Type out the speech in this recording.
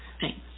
Thanks